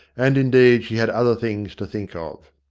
and indeed she had other things to think of.